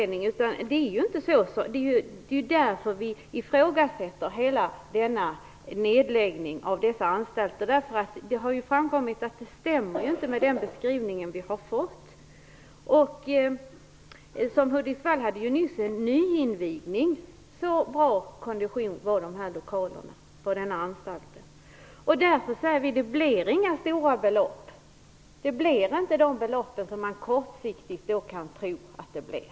Det är därför som vi ifrågasätter nedläggningen av dessa anstalter. Det har framkommit att den beskrivning som vi har fått inte stämmer. Lokalerna på Hudiksvallsanstalten är i så bra kondition att de nyligen har återinvigts. Vi säger därför att det i detta sammanhang inte blir fråga om några stora belopp, som man kortsiktigt kan tro att det blir.